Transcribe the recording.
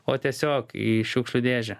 o tiesiog į šiukšlių dėžę